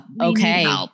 Okay